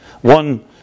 One